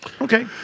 okay